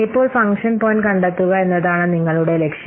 ഇപ്പോൾ function point കണ്ടെത്തുക എന്നതാണ് നിങ്ങളുടെ ലക്ഷ്യം